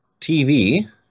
TV